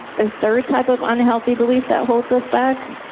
the third type of unhealthy belief that holds us back,